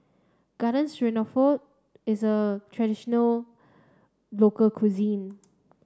Garden Stroganoff is a traditional local cuisine